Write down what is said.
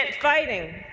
fighting